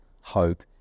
hope